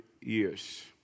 years